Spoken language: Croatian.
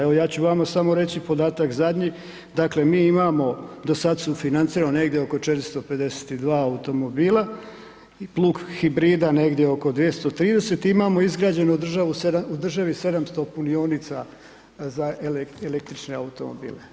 Evo ja ću vam reći podatak zadnji, dakle mi imamo do sada sufinancirano negdje oko 452 automobila, plug hibrida negdje oko 230, imamo izgrađenu u državi 700 punionica za električne automobile.